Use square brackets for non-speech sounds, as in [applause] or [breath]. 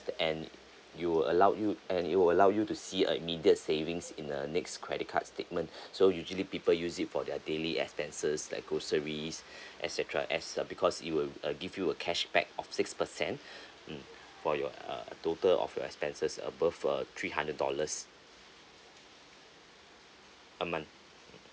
and you will allow you and it will allow you to see a immediate savings in a next credit card statement [breath] so usually people use it for their daily expenses like groceries [breath] et cetera as uh because it will uh give you a cashback of six percent [breath] mm for your uh total of your expenses above uh three hundred dollars a month